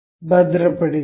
ಭದ್ರಪಡಿಸಿದೆ